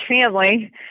family